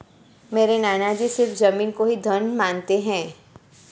मेरे नाना जी सिर्फ जमीन को ही धन मानते हैं